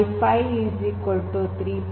ಮೈ ಪೈmy pi 3